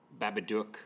Babadook